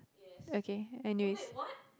okay I knew is